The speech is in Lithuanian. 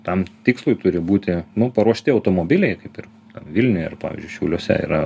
tam tikslui turi būti nu paruošti automobiliai kaip ir vilniuje ar pavyzdžiui šiauliuose yra